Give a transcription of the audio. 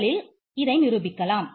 முதலில் இதை நிரூபிக்கலாம்